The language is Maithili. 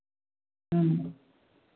ह्म्म